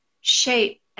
shape